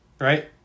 right